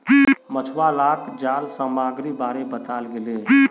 मछुवालाक जाल सामग्रीर बारे बताल गेले